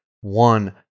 one